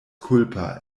kulpa